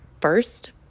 first